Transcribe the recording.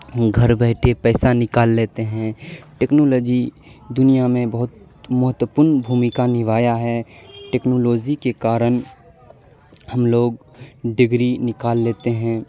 گھر بیٹھے پیسہ نکال لیتے ہیں ٹیکنالوجی دنیا میں بہت مہتوپورن بھومیکا نبھایا ہے ٹیکنالوجی کے کارن ہم لوگ ڈگری نکال لیتے ہیں